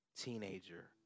teenager